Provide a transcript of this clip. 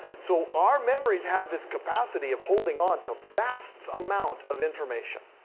so our memories have this capacity of holding on to vasts amount of information,